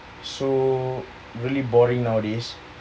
so really boring nowadays